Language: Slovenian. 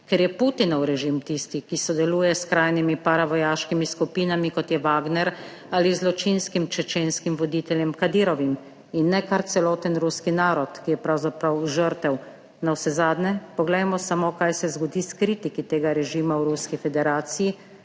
ker je Putinov režim tisti, ki sodeluje s skrajnimi paravojaškimi skupinami, kot je Wagner, ali zločinskim čečenskim voditeljem Kadirovim, in ne kar celoten ruski narod, ki je pravzaprav žrtev. Navsezadnje poglejmo samo, kaj se zgodi s kritiki tega režima v Ruski federaciji,